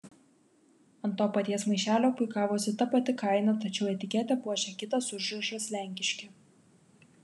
ant to paties maišelio puikavosi ta pati kaina tačiau etiketę puošė kitas užrašas lenkiški